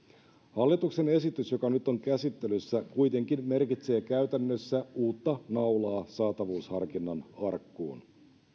hallituksen esitys joka nyt on käsittelyssä kuitenkin merkitsee käytännössä uutta naulaa saatavuusharkinnan arkkuun